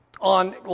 on